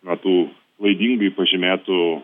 na tų klaidingai pažymėtų